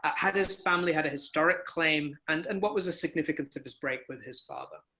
ah had his family had a historic claim? and and what was the significance of his break with his father?